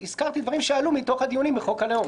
הזכרתי דברים שעלו מתוך הדיונים בחוק הלאום.